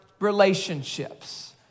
Relationships